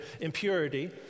impurity